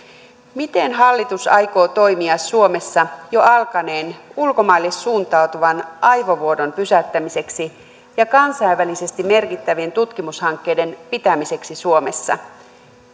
miten hallitus aikoo toimia suomessa jo alkaneen ulkomaille suuntautuvan aivovuodon pysäyttämiseksi ja kansainvälisesti merkittävien tutkimushankkeiden pitämiseksi suomessa